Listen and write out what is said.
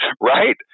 right